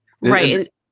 right